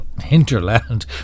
hinterland